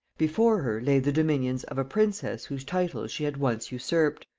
before her lay the dominions of a princess whose titles she had once usurped,